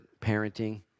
parenting